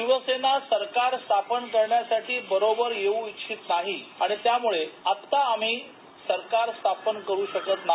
शिवसेना सरकार स्थापन करण्यासाठी बरोबर येऊ इच्छित नाही आणि त्याम्ळे आता आम्ही सरकार स्थापन करू शकत नाही